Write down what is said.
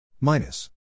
Minus